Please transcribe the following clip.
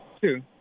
Two